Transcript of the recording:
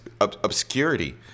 obscurity